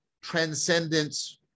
transcendence